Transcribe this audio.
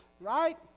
right